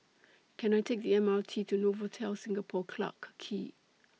Can I Take The M R T to Novotel Singapore Clarke Quay